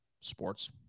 sports